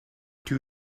two